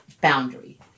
boundary